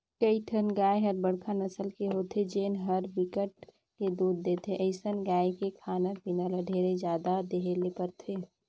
कइठन गाय ह बड़का नसल के होथे जेन ह बिकट के दूद देथे, अइसन गाय के खाना पीना ल ढेरे जादा देहे ले परथे